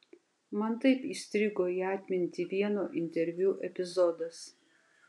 man taip įstrigo į atmintį vieno interviu epizodas